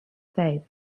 faith